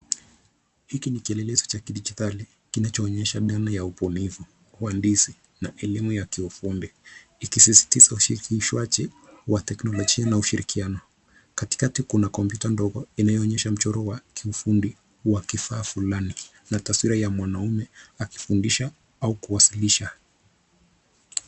Hiki ni kielelezo cha kidijitali kinachoonyesha dhana ya ubunifu, uhandisi na elimu ya kiufundi. Ikisisitiza uwakilishaji wa teknolojia na ushirikiano. Katikati kuna kompyuta ndogo inayoonyesha mchoro wa kiufundi wa kifaa fulani na taswira ya mwanaume akifundisha au kuwasilisha.